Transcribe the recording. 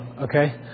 okay